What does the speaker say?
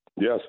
Yes